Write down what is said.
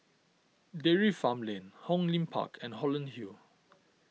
Dairy Farm Lane Hong Lim Park and Holland Hill